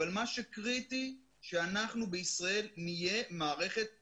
אבל מה שקריטי שאנחנו בישראל נהיה מערכת לומדת,